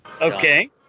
Okay